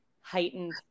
heightened